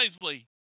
wisely